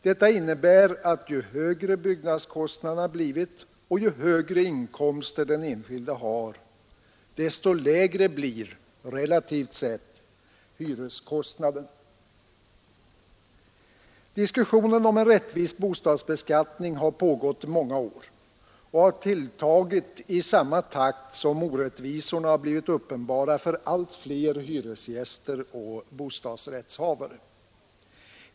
Detta innebär att ju högre byggnadskostnaden/låneskulden blivit och ju högre inkomster den enskilde har, desto lägre blir, relativt sett, hyreskostnaden. Diskussionen om en rättvis bostadsbeskattning har pågått många år och har tilltagit i samma takt som orättvisorna har blivit uppenbara för allt fler hyresgäster och bostadsrättshavare.